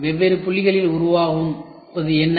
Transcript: வெவ்வேறு புள்ளிகளில் உருவாகும் என்ன